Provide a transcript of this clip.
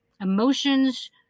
Emotions